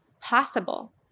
possible